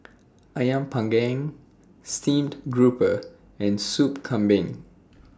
Ayam Panggang Steamed Grouper and Sup Kambing